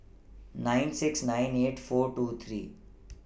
nine six nine eight four two three